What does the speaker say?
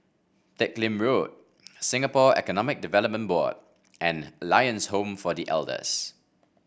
Teck Lim Road Singapore Economic Development Board and Lions Home for The Elders